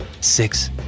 six